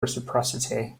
reciprocity